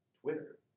Twitter